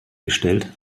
gestellt